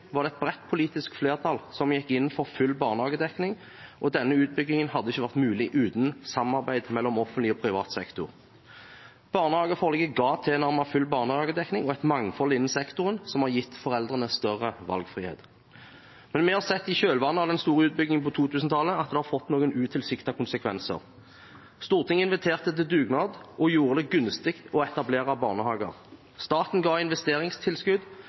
var det et bredt politisk flertall som gikk inn for full barnehagedekning, og denne utbyggingen hadde ikke vært mulig uten samarbeid mellom offentlig og privat sektor. Barnehageforliket ga tilnærmet full barnehagedekning og et mangfold innen sektoren som har gitt foreldrene større valgfrihet. Men i kjølvannet av den store utbyggingen på 2000-tallet har vi sett at det har fått noen utilsiktede konsekvenser. Stortinget inviterte til dugnad og gjorde det gunstig å etablere barnehager. Staten ga investeringstilskudd,